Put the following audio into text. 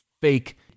fake